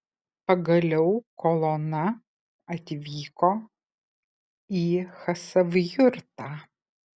pagaliau kolona atvyko į chasavjurtą